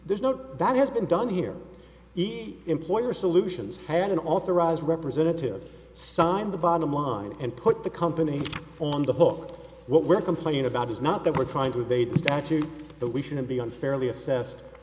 there's no that has been done here each employer solutions had an authorized representative signed the bottom line and put the company on the hook what we're complaining about is not that we're trying to evade the statute but we shouldn't be unfairly assessed